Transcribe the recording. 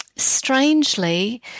strangely